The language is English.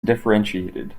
differentiated